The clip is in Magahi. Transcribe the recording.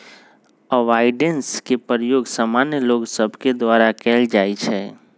अवॉइडेंस के प्रयोग सामान्य लोग सभके द्वारा कयल जाइ छइ